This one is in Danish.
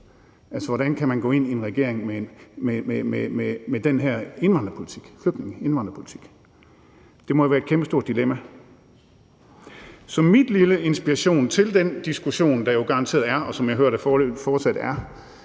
her: Hvordan kan man gå ind i en regering med den her flygtninge- og indvandrerpolitik? Det må jo være et kæmpestort dilemma. Så min lille inspiration til den diskussion, der jo garanteret er, og som jeg hører der fortsat er